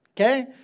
Okay